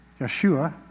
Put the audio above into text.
Yeshua